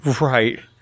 Right